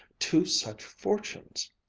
two such fortunes?